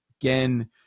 Again